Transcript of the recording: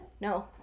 No